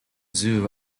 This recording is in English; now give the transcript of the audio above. zoo